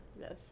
Yes